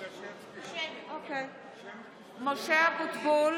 (קוראת בשמות חברי הכנסת) משה אבוטבול,